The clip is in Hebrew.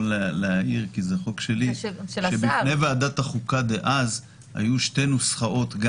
מפני שזה חוק שלי אני יכול להעיר שבפני ועדת החוקה דאז היו שתי נוסחאות.